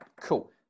cool